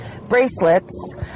bracelets